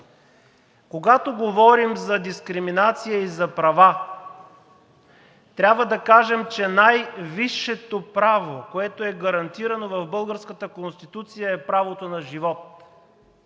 Когато говорим за дискриминация и за права, трябва да кажем, че най-висшето право, което е гарантирано в българската Конституция, е правото на живот.